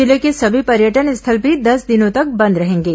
जिले के सभी पर्यटन स्थल भी दस दिनों तक बंद रहेंगे